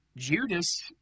Judas